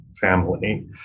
family